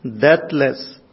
deathless